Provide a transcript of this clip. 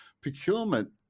procurement